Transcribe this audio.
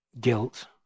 guilt